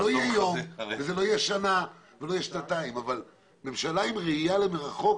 זה לא יהיה יום וזאת לא תהיה שנה ולא שנתיים אבל ממשלה עם ראייה למרחוק,